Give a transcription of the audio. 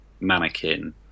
mannequin